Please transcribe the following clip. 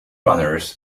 runners